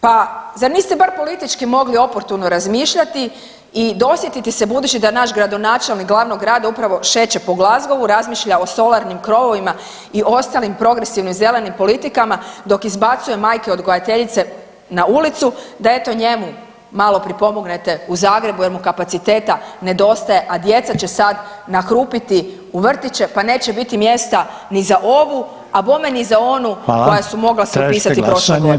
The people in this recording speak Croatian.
Pa, zar niste bar politički mogli oportuno razmišljati i dosjetiti se, budući da naš gradonačelnik glavnog grada upravo šeće po Glasgowu, razmišlja o solarnim krovovima i ostalim progresivnim zelenim politikama, dok izbacuje majke odgajateljice na ulicu da eto njemu malo pripomognete u Zagrebu, jer mu kapaciteta nedostaje, a djeca će sad nahrupiti u vrtiće pa neće biti mjesta ni za ovu, a bome ni za onu koja su mogla se upisati prošle godine.